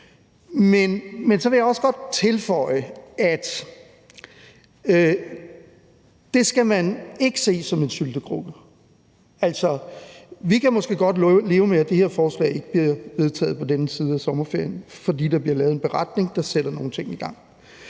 Men så vil jeg også godt tilføje, at man ikke skal se det som en syltekrukke. Vi kan måske godt leve med, at det her forslag ikke bliver vedtaget på den her side af sommerferien, fordi der bliver lavet en beretning, der sætter nogle ting i gang.